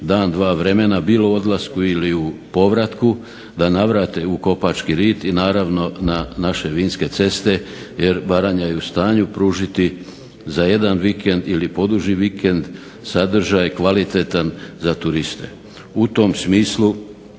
dan, dva vremena bilo u odlasku ili u povratku da navrate u Kopački rit i naravno na naše vinske ceste jer Baranja je u stanju pružiti za jedan vikend ili poduži vikend sadržaj kvalitetan za turiste. U tom smislu